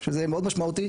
שזה מאוד משמעותי.